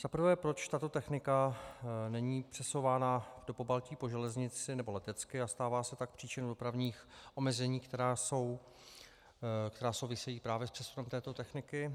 Za prvé, proč tato technika není přesouvána do Pobaltí po železnici nebo letecky, a stává se tak příčinou dopravních omezení, která souvisejí právě s přesunem této techniky.